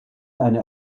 eine